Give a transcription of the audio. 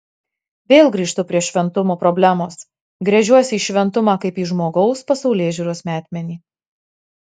vėl grįžtu prie šventumo problemos gręžiuosi į šventumą kaip į žmogaus pasaulėžiūros metmenį